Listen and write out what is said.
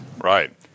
Right